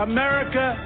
America